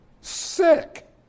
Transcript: Sick